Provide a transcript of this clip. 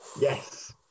yes